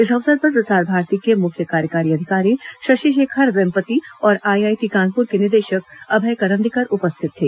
इस अवसर पर प्रसार भारती के मुख्य कार्यकारी अधिकारी शशि शेखर वेम्पती और आईआईटी कानपुर के निदेशक अभय करंदीकर उपस्थित थे